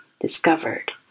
discovered